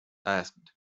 asked